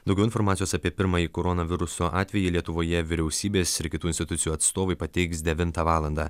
daugiau informacijos apie pirmąjį koronaviruso atvejį lietuvoje vyriausybės ir kitų institucijų atstovai pateiks devintą valandą